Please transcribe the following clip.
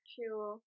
True